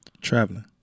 Traveling